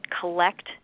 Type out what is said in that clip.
collect